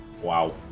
Wow